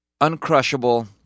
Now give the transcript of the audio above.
uncrushable